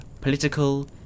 political